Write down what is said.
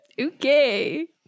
Okay